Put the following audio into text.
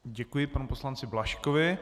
Děkuji panu poslanci Blažkovi.